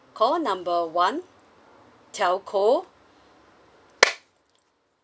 call number one telco